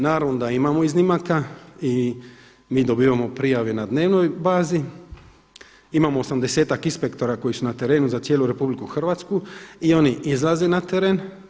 Naravno da imamo iznimaka i mi dobivamo prijave na dnevnoj bazi, imamo osamdesetak inspektora koji su na trenu za cijelu RH i oni izlaze na teren.